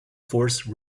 force